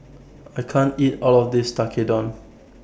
I can't eat All of This Tekkadon